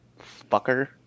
Fucker